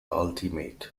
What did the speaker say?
ultimate